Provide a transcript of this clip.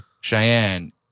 Cheyenne